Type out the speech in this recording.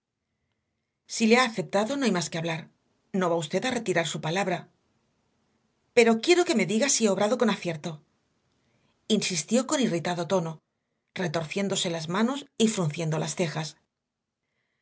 si le ha aceptado no hay más que hablar no va usted a retirar su palabra pero quiero que me digas si he obrado con acierto insistió con irritado tono retorciéndose las manos y frunciendo las cejas